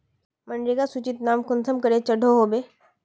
मनरेगा सूचित नाम कुंसम करे चढ़ो होबे?